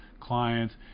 clients